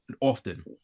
often